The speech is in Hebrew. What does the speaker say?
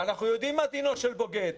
ואנחנו יודעים מה דינו של בוגד.